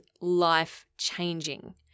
life-changing